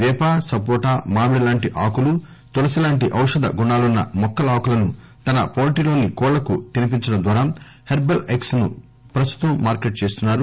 పేప సపోటా మామిడి లాంటి ఆకులు తులసి లాంటి ఔషధ గుణాలున్న మొక్కల ఆకులను తన పాల్టీ లోని కోళ్ళకు తినిపించడం ద్వారా హెర్బల్ ఎగ్స్ ను ప్రస్తుతం మార్కెట్ చేస్తున్నారు